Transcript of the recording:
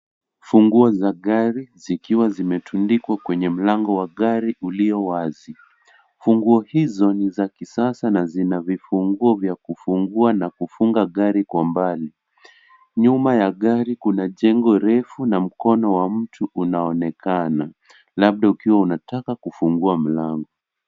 Funguo za gari, zikiwa zimetundikwa kwenye mlango wa gari ulio wazi. Funguo hizo ni za kisasa na zina vifunguo vya kufungua na kufunga gari kwa mbali. Nyuma ya gari kuna jengo refu na mkono wa mtu unaonekana, labda ukiwa unataka kufungua mlango.